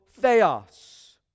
Theos